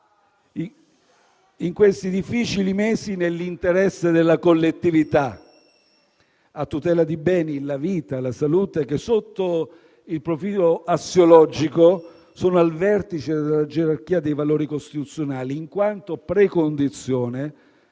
in questi difficili mesi, nell'interesse della collettività, a tutela di beni, quali la vita e la salute, che, sotto il profilo assiologico, sono al vertice della gerarchia dei valori costituzionali in quanto precondizione